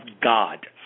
God